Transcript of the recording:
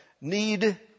need